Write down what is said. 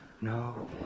No